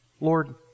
Lord